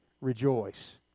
rejoice